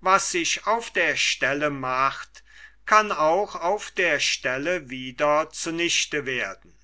was sich auf der stelle macht kann auch auf der stelle wieder zunichte werden